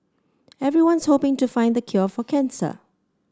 everyone's hoping to find the cure for cancer